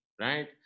right